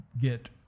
get